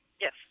yes